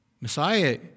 Messiah